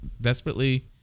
desperately